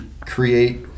create